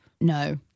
no